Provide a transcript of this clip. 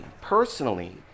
personally